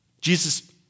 Jesus